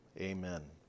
Amen